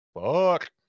fuck